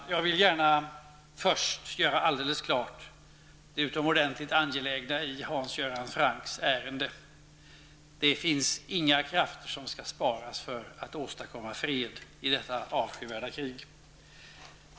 Herr talman! Jag vill gärna först göra alldeles klart det utomordentliga angelägna i Hans Göran Francks ärende. Det finns inga krafter som skall sparas för att åstadkomma fred i detta avskyvärda krig.